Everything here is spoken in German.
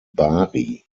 bari